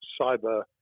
cyber